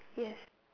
yes